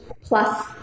plus